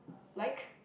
like